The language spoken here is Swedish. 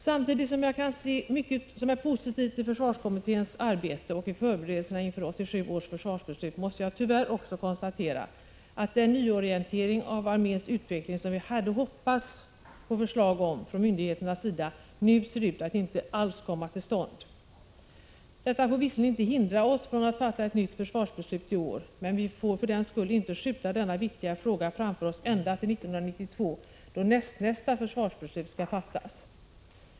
Samtidigt som jag kan se mycket som är positivt i försvarskommitténs arbete och i förberedelserna inför 1987 års försvarsbeslut måste jag tyvärr också konstatera, att den nyorientering av arméns utveckling som vi hade hoppats få förslag om från myndigheternas sida nu ser ut att inte alls komma till stånd. Detta får visserligen inte hindra oss från att fatta ett nytt försvarsbeslut nästa år, men vi får för den skull inte skjuta denna viktiga fråga framför oss ända till 1992, då näst-nästa försvarsbeslut skall fattas.